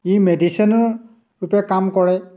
ই মেডিচিনৰ ৰূপে কাম কৰে